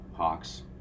Hawks